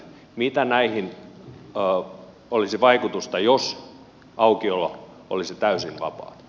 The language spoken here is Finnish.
mitä näihin olisi vaikutusta jos aukiolo olisi täysin vapaa